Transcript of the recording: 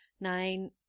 Nine